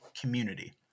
Community